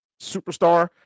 superstar